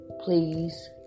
Please